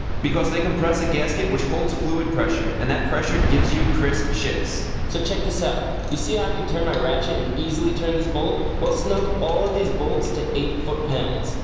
because they compress a gasket which holds fluid pressure and that pressure gives you crisp shifts. so check this out you see how i can turn my ratchet and easily turn this bolt? well snug all of these bolts to eight foot-pounds.